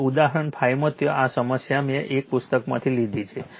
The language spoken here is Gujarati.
હવે ઉદાહરણ 5 ત્યાં આ સમસ્યા મેં એક પુસ્તકમાંથી લીધી છે